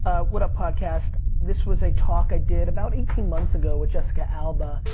what up, podcast? this was a talk i did about eighteen months ago with jessica alba.